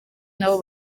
nabo